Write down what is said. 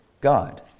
God